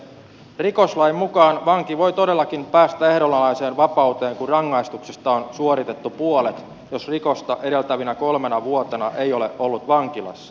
rikoslain mukaan vanki voi todellakin päästä ehdonalaiseen vapauteen kun rangaistuksesta on suoritettu puolet jos rikosta edeltävinä kolmena vuotena ei ole ollut vankilassa